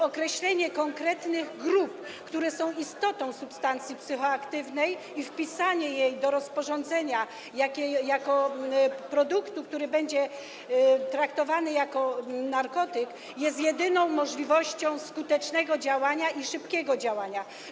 Określenie konkretnych grup, które są istotą substancji aktywnej, i wpisanie tego do rozporządzenia jako produktu, który będzie traktowany jako narkotyk, jest jedyną możliwością skutecznego działania i szybkiego działania.